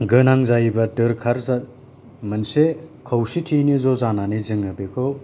गोनां जायोबा दोरखार मोनसे खौसेथियैनो ज' जानानै जोङो बेखौ